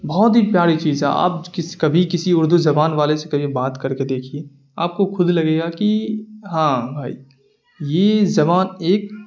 بہت ہی پیاری چیز ہے آپ کبھی کسی اردو زبان والے سے کبھی بات کر کے دیکھیے آپ کو خود ہی لگے گا کہ ہاں بھائی یہ زبان ایک